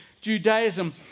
Judaism